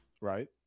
right